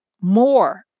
more